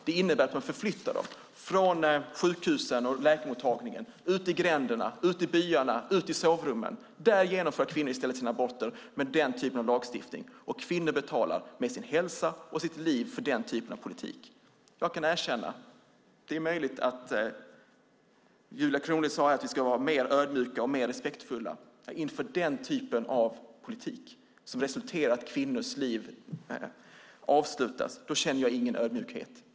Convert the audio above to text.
Det innebär att man flyttar dem från sjukhusen och läkarmottagningarna ut till gränderna, byarna, sovrummen. Där genomför kvinnor i stället sina aborter, med den typen av lagstiftning. Kvinnor betalar med sin hälsa och sitt liv för den typen av politik. Julia Kronlid sade att vi ska vara mer ödmjuka och respektfulla. Inför den typen av politik som resulterar i att kvinnors liv avslutas känner jag ingen ödmjukhet.